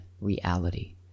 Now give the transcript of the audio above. reality